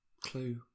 Clue